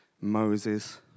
Moses